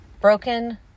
Broken